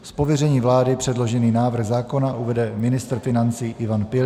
Z pověření vlády předložený návrh zákona uvede ministr financí Ivan Pilný.